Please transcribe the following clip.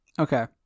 Okay